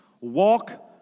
Walk